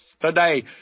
today